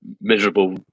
miserable